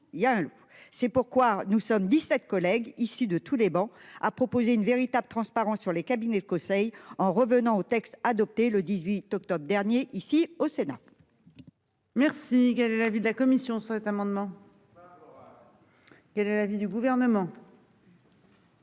C'est pourquoi nous sommes 17 collègues issus de tous les bancs à proposer une véritable transparence sur les cabinets écossais en revenant au texte adopté le 18 octobre dernier ici au Sénat.--